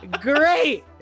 great